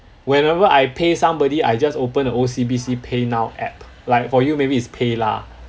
whenever I pay somebody I just open the O_C_B_C paynow app like for you maybe it's paylah